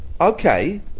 Okay